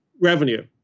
Revenue